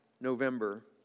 November